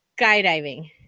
skydiving